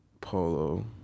Polo